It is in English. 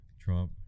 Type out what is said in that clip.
Trump